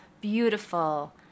beautiful